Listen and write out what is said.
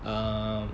um